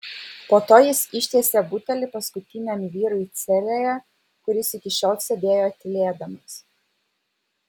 po to jis ištiesė butelį paskutiniam vyrui celėje kuris iki šiol sėdėjo tylėdamas